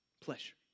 Pleasure